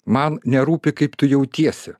man nerūpi kaip tu jautiesi